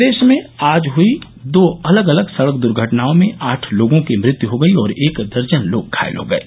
प्रदेश में आज हुयी दो अलग अलग सड़क दुर्घटनाओं में आठ लोगों की मृत्यु हो गयी और एक दर्जन लोग घायल हो गये